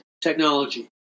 technology